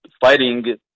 fighting